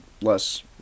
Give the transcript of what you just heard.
less